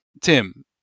Tim